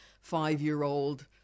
five-year-old